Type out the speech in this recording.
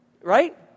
right